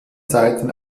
seiten